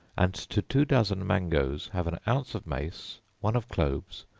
and to two dozen mangoes, have an ounce of mace, one of cloves,